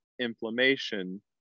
inflammation